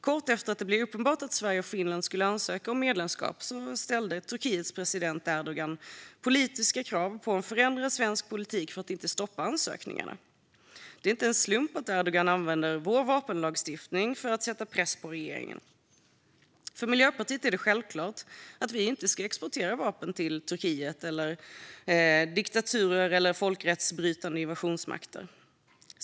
Kort efter att det blev uppenbart att Sverige och Finland skulle ansöka om medlemskap ställde Turkiets president Erdogan politiska krav på en förändrad svensk politik för att inte stoppa ansökningarna. Det är inte en slump att Erdogan använder vår vapenlagstiftning för att sätta press på regeringen. För Miljöpartiet är det självklart att Sverige inte ska exportera vapen till Turkiet, till diktaturer eller till folkrättsbrytande invasionsmakter.